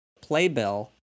Playbill